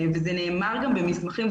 וזה נאמר גם במסמכים,